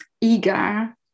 eager